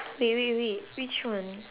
wait wait wait which one